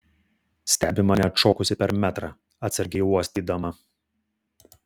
stebi mane atšokusi per metrą atsargiai uostydama